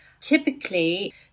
Typically